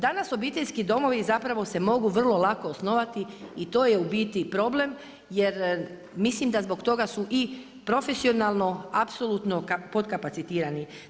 Danas obiteljski domovi zapravo se mogu vrlo lako osnovati i to je u biti problem, jer mislim da zbog toga su i profesionalno apsolutno potkapacitirani.